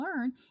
learn